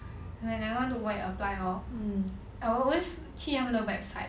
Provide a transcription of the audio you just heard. when I want to go and apply hor I always 去他们的 website